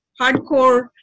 hardcore